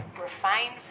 refined